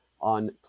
on